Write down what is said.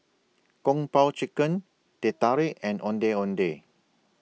Kung Po Chicken Teh Tarik and Ondeh Ondeh